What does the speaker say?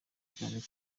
cyane